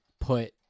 put